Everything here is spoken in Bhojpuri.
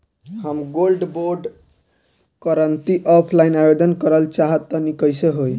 हम गोल्ड बोंड करंति ऑफलाइन आवेदन करल चाह तनि कइसे होई?